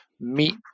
meet